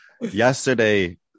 Yesterday